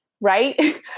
right